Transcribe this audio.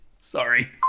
sorry